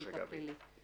פלילית.